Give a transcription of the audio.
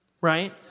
Right